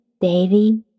daily